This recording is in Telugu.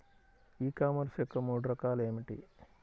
ఈ కామర్స్ యొక్క మూడు రకాలు ఏమిటి?